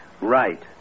Right